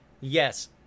Yes